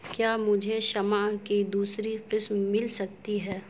کیا مجھے شمع کی دوسری قسم مل سکتی ہے